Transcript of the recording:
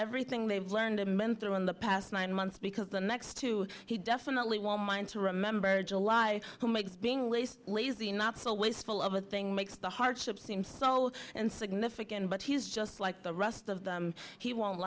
everything they've learned a mentor in the past nine months because the next two he definitely won't mind to remember july who makes being least lazy not so wasteful of a thing makes the hardship seem so old and significant but he's just like the rest of them he won't